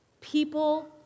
People